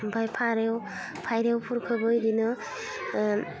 ओमफ्राय फारौ फारौफोरखौबो बिदिनो